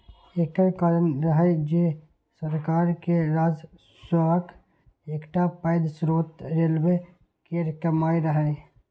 एकर कारण रहै जे सरकार के राजस्वक एकटा पैघ स्रोत रेलवे केर कमाइ रहै